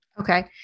Okay